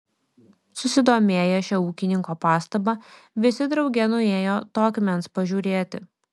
susidomėję šia ūkininko pastaba visi drauge nuėjo to akmens pažiūrėti